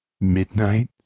Midnight